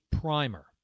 primer